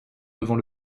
devant